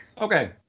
Okay